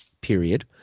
period